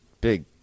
big